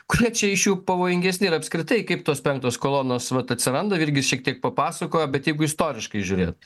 kurie čia iš jų pavojingesni ir apskritai kaip tos penktos kolonos vat atsiranda virgis šiek tiek papasakojo bet jeigu istoriškai žiūrėt